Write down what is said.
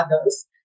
others